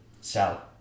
Sell